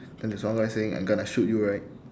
then there's one guy saying I'm gonna shoot you right